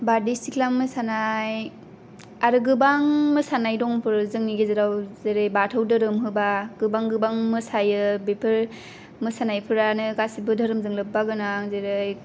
बारदै सिख्ला मोसानाय आरो गोबां मोसानाय दं जोंनि गेजेराव जेरै बाथौ धोरोम होबा गोबां गोबां मोसायो बेफोर मोसानायफ्रानो गासैबो धोरोमजों लोब्बा गोनां जेरै